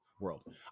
world